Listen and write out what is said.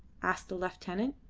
asked the lieutenant.